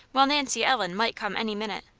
while nancy ellen might come any minute.